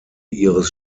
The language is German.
ihres